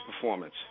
performance